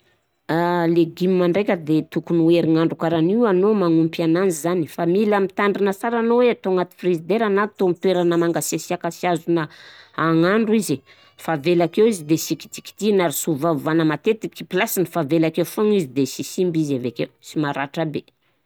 Legume ndraika de tokony ho herignandro karan'io an no magnompy ananzy zany fa mila mitandrina sara anao hoe atao anaty frizidera na atao amin'ny toeragna mangasiasiaka sy azona hagnandro izy fa avela akeo izy de sy kitikitihana ary sy hovahovana matetiky plaseny favela akeo foana izy de sy simba izy avekeo, sy maratra aby.